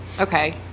Okay